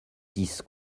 dix